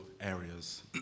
areas